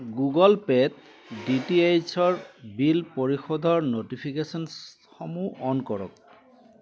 Google পে'ত D T এইচৰ bill পৰিশোধৰ ন'টিফিকেচঞ্চসমূহ অন কৰক